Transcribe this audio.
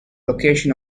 location